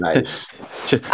nice